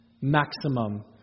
maximum